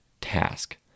Task